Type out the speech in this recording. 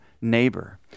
neighbor